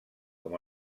com